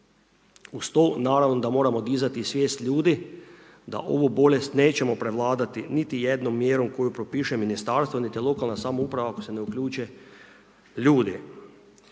Uz to naravno da moramo izdati svijest ljudi, da ovu bolest nećemo prevladati, niti jednom mjerom koju propiše ministarstvo niti lokalna samouprava ako se ne uključe ljudi.